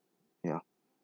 ya